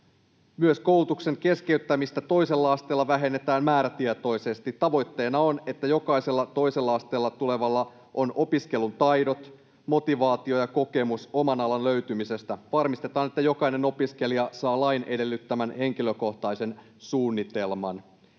Myös koulutuksen keskeyttämistä toisella asteella vähennetään määrätietoisesti. Tavoitteena on, että jokaisella toiselle asteelle tulevalla on opiskelutaidot, motivaatio ja kokemus oman alan löytymisestä. Varmistetaan, että jokainen opiskelija saa lain edellyttämän henkilökohtaisen suunnitelman.